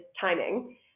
timing